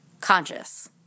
conscious